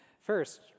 First